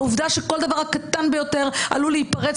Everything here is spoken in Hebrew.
העובדה שכל דבר הקטן ביותר עלול להיפרץ